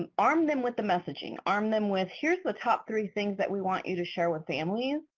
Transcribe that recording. um arm them with the messaging. arm them with here's the top three things that we want you to share with families.